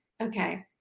okay